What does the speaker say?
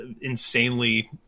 insanely